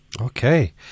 Okay